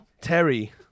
Terry